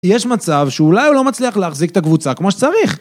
יש מצב שאולי הוא לא מצליח להחזיק את הקבוצה כמו שצריך.